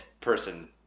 person